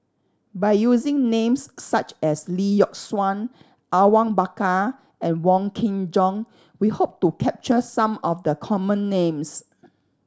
by using names such as Lee Yock Suan Awang Bakar and Wong Kin Jong we hope to capture some of the common names